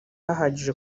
ahagije